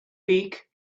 beak